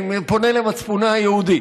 אני פונה למצפונו היהודי.